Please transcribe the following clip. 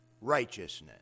righteousness